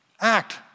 act